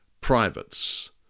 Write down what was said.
Privates